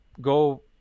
go